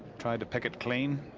try to pick it clean.